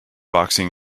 boxing